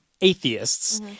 atheists